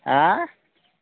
হা